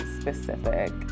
specific